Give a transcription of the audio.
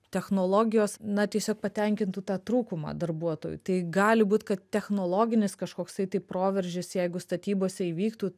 technologijos na tiesiog patenkintų tą trūkumą darbuotojų tai gali būt kad technologinis kažkoksai tai proveržis jeigu statybose įvyktų